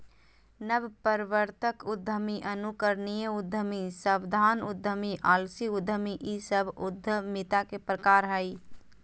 नवप्रवर्तक उद्यमी, अनुकरणीय उद्यमी, सावधान उद्यमी, आलसी उद्यमी इ सब उद्यमिता के प्रकार हइ